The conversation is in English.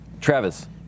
Travis